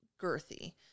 girthy